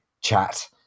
chat